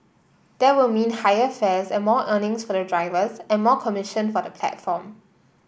there would mean higher fares and more earnings for the drivers and more commission for the platform